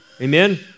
Amen